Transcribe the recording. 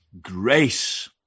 grace